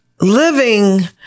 living